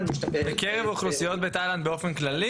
--- בקרב אוכלוסיות בתאילנד באופן כללי?